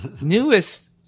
newest